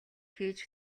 хийж